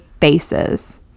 faces